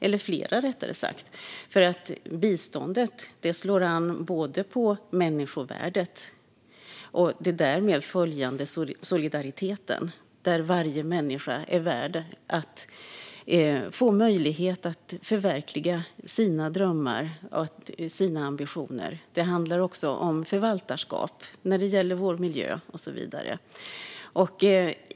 Biståndet knyter nämligen an till både människovärdet och den därmed följande solidariteten - varje människa är värd att få möjlighet att förverkliga sina drömmar och ambitioner. Det handlar också om förvaltarskap när det gäller vår miljö och så vidare.